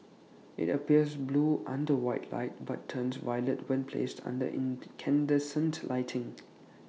IT appears blue under white light but turns violet when placed under incandescent lighting